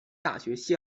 大学